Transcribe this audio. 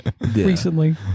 Recently